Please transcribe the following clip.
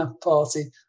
Party